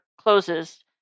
closes